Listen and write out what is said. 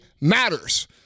matters